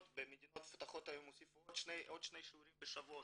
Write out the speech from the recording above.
במדינות מפותחות הוסיפו עוד שני שיעורי ספורט בשבוע,